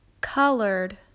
Colored